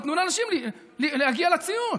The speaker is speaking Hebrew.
ותנו לאנשים להגיע לציון.